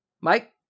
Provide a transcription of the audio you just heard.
Mike